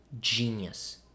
genius